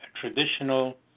traditional